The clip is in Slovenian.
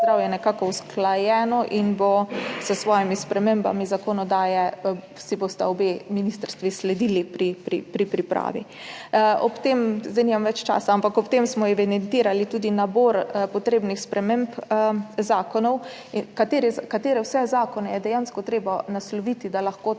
zdravje sta nekako usklajeni in pri pripravi sprememb zakonodaje si bosta obe ministrstvi sledili. Zdaj nimam več časa, ampak ob tem smo evidentirali tudi nabor potrebnih sprememb zakonov, katere vse zakone je dejansko treba nasloviti, da lahko ta